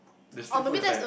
the street food is like